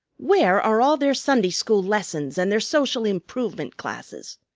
where are all their sunday school lessons and their social improvement classes?